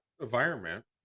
environment